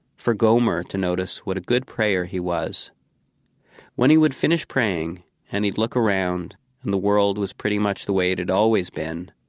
for gomer to notice what a good prayer he was when he would finish praying and he'd look around and the world was pretty much the way it had always been,